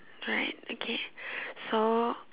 right okay so